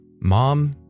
Mom